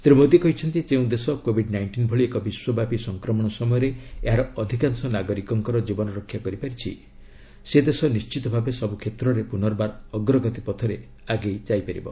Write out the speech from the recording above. ଶ୍ରୀ ମୋଦି କହିଛନ୍ତି ଯେଉଁ ଦେଶ କୋବିଡ ନାଇଷ୍ଟିନ୍ ଭଳି ଏକ ବିଶ୍ୱବ୍ୟାପୀ ସଂକ୍ରମଣ ସମୟରେ ଏହାର ଅଧିକାଂଶ ନାଗରିକଙ୍କର ଜୀବନରକ୍ଷା କରିପାରିଛି ସେ ଦେଶ ନିଶ୍ଚିତଭାବେ ସବୁ କ୍ଷେତ୍ରରେ ପୁନର୍ବାର ଅଗ୍ରଗତି ପଥରେ ଆଗେଇଚାଲିବ